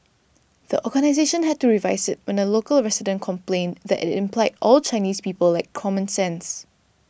the organisation had to revise it when a local resident complained that it implied all Chinese people lacked common sense